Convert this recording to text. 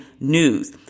news